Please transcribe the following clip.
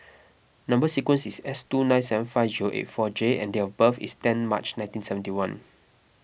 Number Sequence is S two nine seven five zero eight four J and date of birth is ten March nineteen seventy one